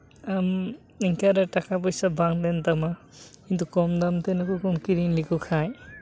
ᱟᱢ ᱤᱱᱠᱟᱹᱨᱮ ᱴᱟᱠᱟ ᱯᱚᱭᱥᱟ ᱵᱟᱝ ᱛᱟᱦᱮᱱ ᱛᱟᱢᱟ ᱠᱤᱱᱛᱩ ᱠᱚᱢ ᱫᱟᱢ ᱛᱮ ᱱᱩᱠᱩ ᱠᱚᱢ ᱠᱤᱨᱤᱧ ᱞᱮᱠᱚ ᱠᱷᱟᱱ